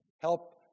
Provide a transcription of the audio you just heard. help